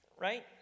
right